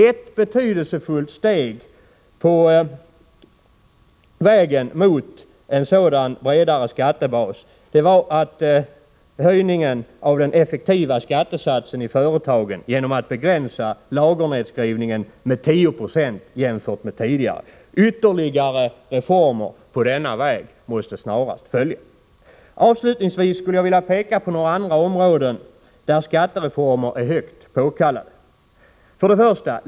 Ett betydelsefullt steg på vägen mot en sådan bredare skattebas var att höja den effektiva skattesatsen i företagen genom att begränsa lagernedskrivningen med 10 96 jämfört med tidigare. Ytterligare reformer på denna väg måste snarast följa. Avslutningsvis skulle jag vilja peka på några andra områden där skattereformer är högt påkallade: 1.